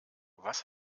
was